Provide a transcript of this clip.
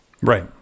right